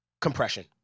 Compression